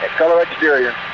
color exterior.